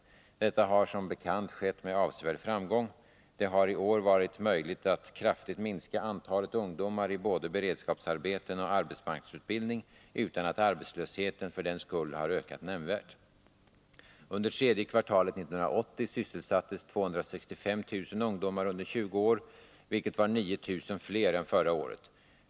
Detta har som bekant skett med avsevärd framgång: det har i år varit möjligt att kraftigt minska antalet ungdomar i både beredskapsarbeten och arbetsmarknadsutbildning utan att arbetslösheten för den skull har ökat nämnvärt. Under tredje kvartalet 1980 sysselsattes 265 000 ungdomar under 20 år, vilket var 9 000 fler än förra året.